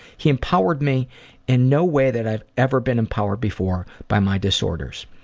he empowered me in no way that i've ever been empowered before by my disorders.